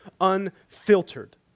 unfiltered